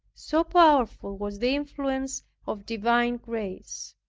so powerful was the influence of divine grace.